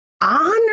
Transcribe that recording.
honor